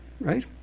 right